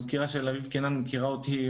המזכירה של אביב קינן מכירה אותי היטב,